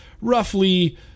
roughly